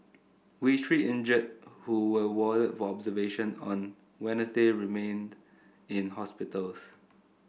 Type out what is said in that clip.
we three injured who were warded for observation on Wednesday remained in hospitals